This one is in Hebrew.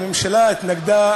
הממשלה התנגדה